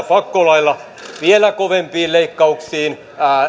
pakkolaeilla vielä kovemmilla leikkauksilla